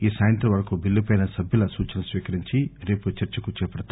ఈ సాయంత్రం వరకు బిల్లుపై సభ్యుల సూచనలు స్వీకరించి రేపు చర్చకు చేపడతారు